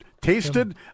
tasted